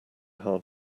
hard